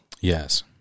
Yes